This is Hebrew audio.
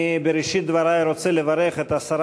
בראשית דברי אני רוצה לברך את שרת